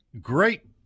Great